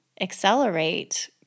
accelerate